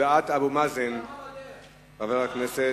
1452 ו-1459: הודעת אבו מאזן על כוונתו